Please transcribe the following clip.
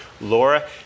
Laura